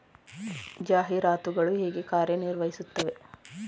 ಜಾಹೀರಾತುಗಳು ಹೇಗೆ ಕಾರ್ಯ ನಿರ್ವಹಿಸುತ್ತವೆ?